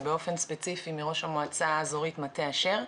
ובאופן ספציפי מראש המועצה מטה-אשר,